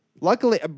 Luckily